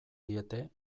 diete